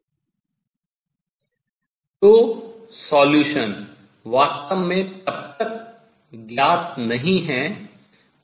तो solution हल वास्तव में तब तक ज्ञात नहीं है